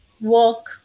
work